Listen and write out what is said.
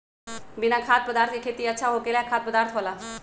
बिना खाद्य पदार्थ के खेती अच्छा होखेला या खाद्य पदार्थ वाला?